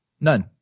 None